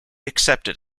accepted